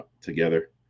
together